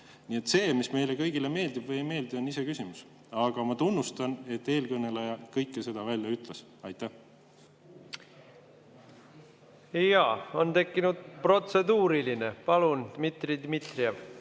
see, mis meile kõigile meeldib või ei meeldi, on iseküsimus. Aga ma tunnustan, et eelkõneleja kõike seda välja ütles. Aitäh! On tekkinud protseduuriline. Palun, Dmitri Dmitrijev!